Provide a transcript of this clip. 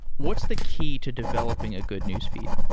what's the key to developing a good newsfeed?